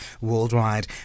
worldwide